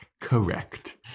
correct